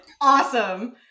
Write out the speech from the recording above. awesome